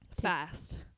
fast